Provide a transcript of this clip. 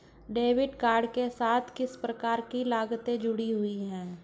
Debit card के साथ किस प्रकार की लागतें जुड़ी हुई हैं?